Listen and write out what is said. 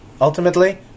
Ultimately